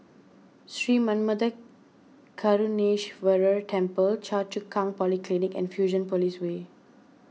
Sri Manmatha Karuneshvarar Temple Choa Chu Kang Polyclinic and Fusionopolis Way